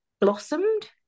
blossomed